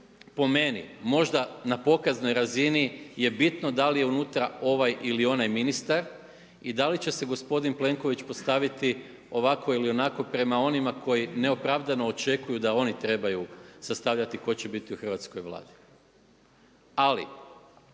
po meni možda na pokaznoj razini je bitno da li je unutra ovaj ili onaj ministar i da li će se gospodin Plenković postaviti ovako ili onako prema onima koji neopravdano očekuju da oni trebaju sastavljati tko će biti u hrvatskoj Vladi. Ali